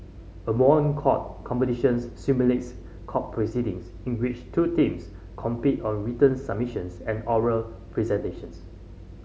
a moot court competitions simulates court proceedings in which two teams compete on written submissions and oral presentations